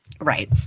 Right